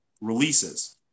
releases